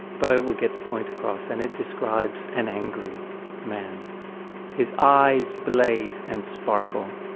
but i will get the point across, and it describes an angry man his eyes blaze and sparkle,